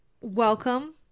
welcome